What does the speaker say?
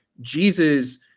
Jesus